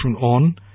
on